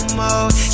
more